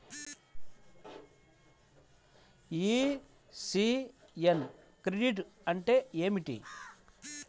ECS credit అంటే ఏమిటి?